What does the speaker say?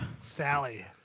Sally